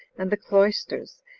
and the cloisters,